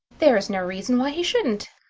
there is no reason why he shouldn't.